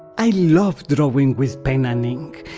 i love drawing with pen and ink!